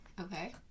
Okay